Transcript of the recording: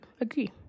agree